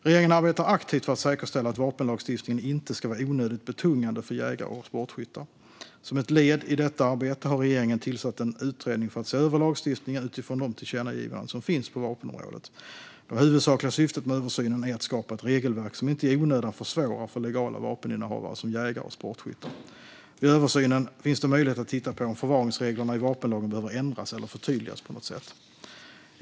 Regeringen arbetar aktivt för att säkerställa att vapenlagstiftningen inte ska vara onödigt betungande för jägare och sportskyttar. Som ett led i detta arbete har regeringen tillsatt en utredning för att se över lagstiftningen utifrån de tillkännagivanden som finns på vapenområdet. Det huvudsakliga syftet med översynen är att skapa ett regelverk som inte i onödan försvårar för legala vapeninnehavare som jägare och sportskyttar. Vid översynen finns det möjlighet att titta på om förvaringsreglerna i vapenlagen behöver ändras eller förtydligas på något sätt.